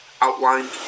outlined